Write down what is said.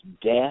death